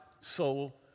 soul